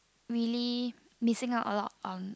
really missing out a lot on